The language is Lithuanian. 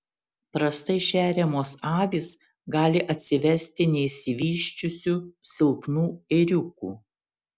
prastai šeriamos avys gali atsivesti neišsivysčiusių silpnų ėriukų